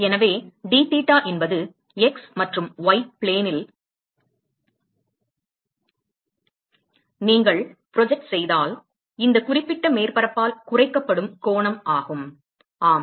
எனவே d theta என்பது x மற்றும் y ப்ளேனில் நீங்கள் ப்ரொஜெக்ட் செய்தால் இந்தக் குறிப்பிட்ட மேற்பரப்பால் குறைக்கப்படும் கோணம் ஆகும் ஆம்